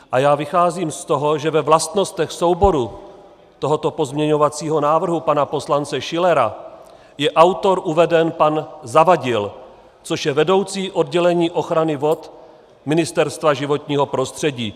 A já vycházím z toho, že ve vlastnostech souboru tohoto pozměňovacího návrhu pana poslance Schillera je jako autor uveden pan Zavadil, což je vedoucí oddělení ochrany vod Ministerstva životního prostředí.